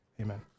Amen